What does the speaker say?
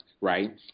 right